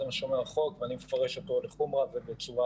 זה מה שאומר החוק ואני מפרש אותו לחומרה ובצורה